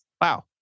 Wow